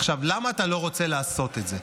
עכשיו, למה אתה לא רוצה לעשות את זה?